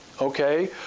Okay